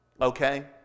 Okay